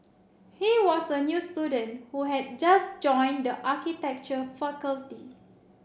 he was a new student who had just joined the architecture faculty